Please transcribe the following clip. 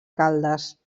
caldes